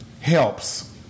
helps